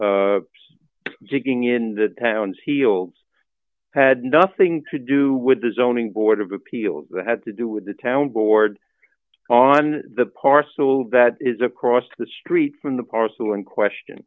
being digging in the town's heels had nothing to do with the zoning board of appeals had to do with the town board on the parcel that is across the street from the parcel in question